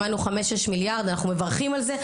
שמענו חמש, שש מיליארד, אנחנו מברכים על זה.